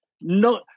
no